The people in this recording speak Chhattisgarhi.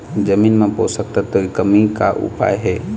जमीन म पोषकतत्व के कमी का उपाय हे?